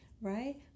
right